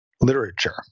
Literature